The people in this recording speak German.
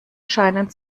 scheinen